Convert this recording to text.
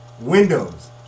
windows